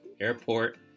airport